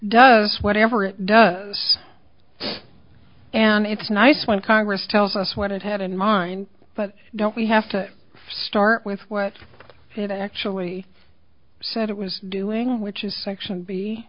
whatever it does and it's nice when congress tells us what it had in mind but don't we have to start with what it actually said it was doing which is section